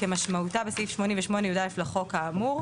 כמשמעותה בסעיף 88יא לחוק האמור,